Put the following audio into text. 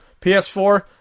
PS4